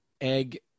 egg